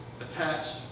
attached